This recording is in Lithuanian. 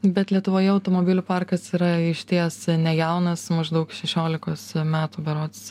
bet lietuvoje automobilių parkas yra išties ne jaunas maždaug šešiolikos metų berods